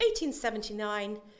1879